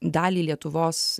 daliai lietuvos